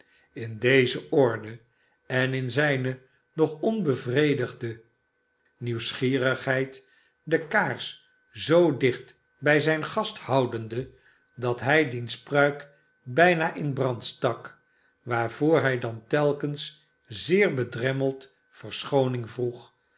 in deze orde en in zijne nog onbevredigde nieuwsgierigheid de kaars zoo dicht bij zijn gast houdende dat hij diens pruik tuna in brand stak waarvoor hij dan telkens zeer bedremmeld verschooning vroeg